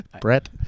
brett